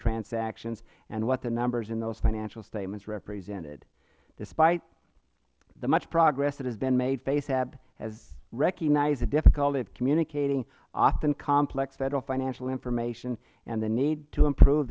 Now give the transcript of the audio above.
transactions and what the numbers in those financial statements represented despite the much progress that has been made fasab has recognized the difficulty of communicating often complex federal financial information and the need to improve